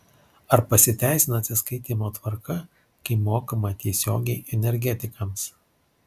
ar pasiteisina atsiskaitymo tvarka kai mokama tiesiogiai energetikams